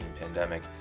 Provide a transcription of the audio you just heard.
pandemic